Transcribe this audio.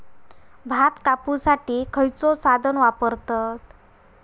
भात कापुसाठी खैयचो साधन वापरतत?